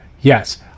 yes